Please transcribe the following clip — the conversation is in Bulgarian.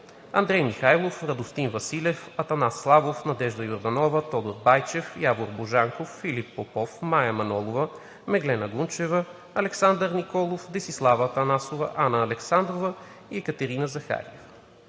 Андрей Михайлов, Радостин Василев, Атанас Славов, Надежда Йорданова, Тодор Байчев, Явор Божанков, Филип Попов, Мая Манолова, Меглена Гунчева, Александър Николов, Десислава Атанасова, Анна Александрова и Екатерина Захариева.